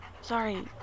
Sorry